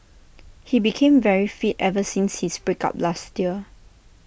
he became very fit ever since his break up last year